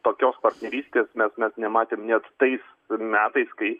tokios partnerystės mes net nematėm net tais metais kai